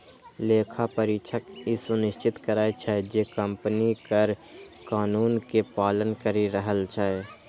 लेखा परीक्षक ई सुनिश्चित करै छै, जे कंपनी कर कानून के पालन करि रहल छै